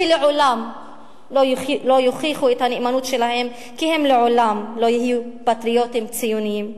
שלעולם לא יוכיחו את הנאמנות שלהם כי הם לעולם לא יהיו פטריוטים ציונים.